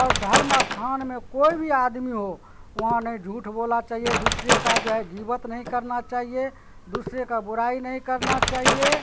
اور دھرم استھان میں کوئی بھی آدمی ہو وہاں نہیں جھوٹھ بولا چاہیے دوسرے کا جو ہے غیبت نہیں کرنا چاہیے دوسرے کا برائی نہیں کرنا چاہیے